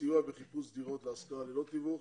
סיוע בחיפוש דירות להשכרה ללא תיווך,